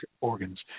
organs